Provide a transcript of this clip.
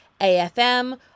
afm